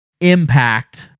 impact